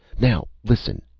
now listen!